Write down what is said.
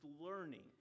learning